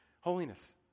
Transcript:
Holiness